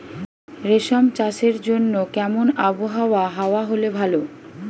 রেশম চাষের জন্য কেমন আবহাওয়া হাওয়া হলে ভালো?